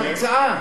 זו הרצאה.